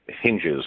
hinges